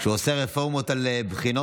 כשהוא עושה רפורמות על בחינות,